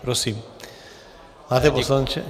Prosím, pane poslanče.